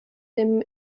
dem